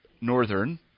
Northern